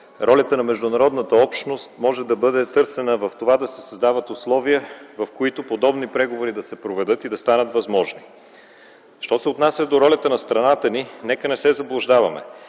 Ролята на международната общност може да бъде търсена в това да се създават условия, в които подобни преговори да се проведат и да станат възможни. Що се отнася до ролята на страната ни, нека не се заблуждаваме